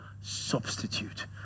substitute